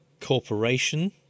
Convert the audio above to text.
corporation